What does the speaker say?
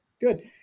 good